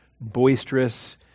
boisterous